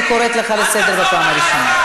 אני קוראת אותך לסדר פעם ראשונה.